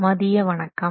மதிய வணக்கம்